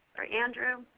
or andrew?